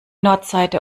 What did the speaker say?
nordseite